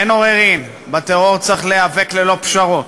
אין עוררין, בטרור צריך להיאבק ללא פשרות.